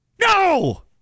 No